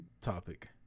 Topic